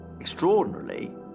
Extraordinarily